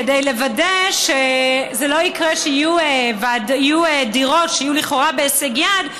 כדי לוודא שלא יקרה שיהיו דירות שיהיו לכאורה בהישג יד,